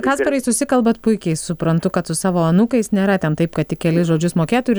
kasparai susikalbat puikiai suprantu kad su savo anūkais nėra ten taip kad tik kelis žodžius mokėtų ir